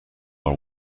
are